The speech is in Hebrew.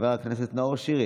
חבר הכנסת נאור שירי,